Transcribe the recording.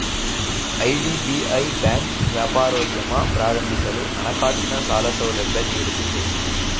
IDBI bank ವ್ಯಾಪಾರೋದ್ಯಮ ಪ್ರಾರಂಭಿಸಲು ಹಣಕಾಸಿನ ಸಾಲ ಸೌಲಭ್ಯ ನೀಡುತ್ತಿದೆ